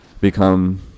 become